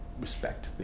respect